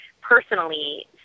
personally